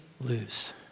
lose